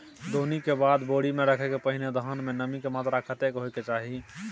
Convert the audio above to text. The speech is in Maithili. दौनी के बाद बोरी में रखय के पहिने धान में नमी के मात्रा कतेक होय के चाही?